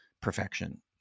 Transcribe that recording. perfection